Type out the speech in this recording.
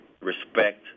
respect